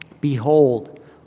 Behold